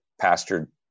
pastured